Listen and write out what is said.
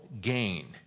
gain